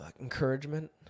encouragement